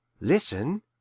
listen